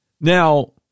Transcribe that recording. Now